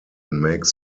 makes